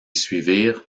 suivirent